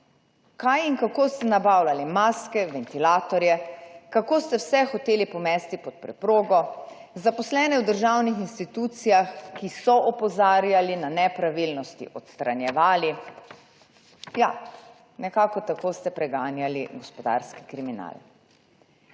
Kaj in kako ste nabavljali maske, ventilatorje, kako ste vse hoteli pomesti pod preprogo, zaposlene v državnih institucijah, ki so opozarjali na nepravilnosti, odstranjevali. Ja, nekako tako ste preganjali gospodarski kriminal.